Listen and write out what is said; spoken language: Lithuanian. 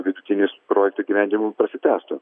vidutinis projekto įgyvendinimo prasitęstų